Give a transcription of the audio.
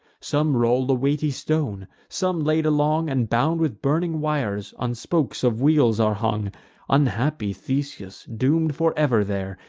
some roll a weighty stone some, laid along, and bound with burning wires, on spokes of wheels are hung unhappy theseus, doom'd for ever there,